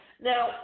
Now